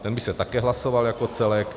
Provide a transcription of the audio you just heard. Ten by se také hlasoval jako celek.